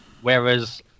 Whereas